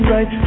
Right